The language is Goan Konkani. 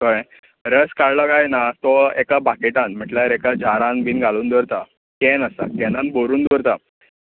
कळ्ळें रस काडलो कांय ना तो एका बकेटांत म्हटल्यार एका जारांत बी घालून दवरतात कॅन आसता कॅनांत भरून दवरतात